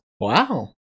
Wow